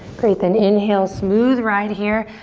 great, then inhale smooth right here.